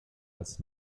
als